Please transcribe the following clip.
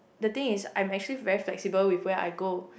the thing is I'm actually very flexible with where I go